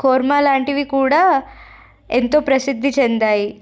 కుర్మా లాంటివి కూడా ఎంతో ప్రసిద్ధి చెందాయి